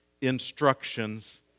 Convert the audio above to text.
instructions